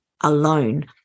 alone